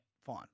Fine